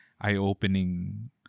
eye-opening